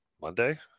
Monday